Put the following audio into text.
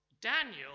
Daniel